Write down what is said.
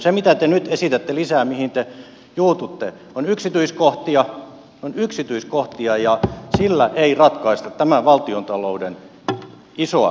se mitä te nyt esitätte lisää mihin te juututte ovat yksityiskohtia ja niillä ei ratkaista tämän valtiontalouden isoa kuvaa